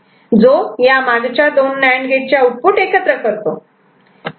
जो या मागच्या दोन नांड गेटचे आउटपुट एकत्र करतो